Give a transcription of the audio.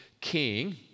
king